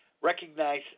Recognize